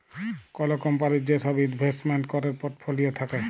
call কম্পলির যে সব ইলভেস্টমেন্ট ক্যরের পর্টফোলিও থাক্যে